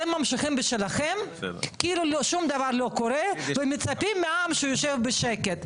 אתם ממשיכים בשלכם כאילו שום דבר לא קורה ומצפים מהעם שיישב בשקט,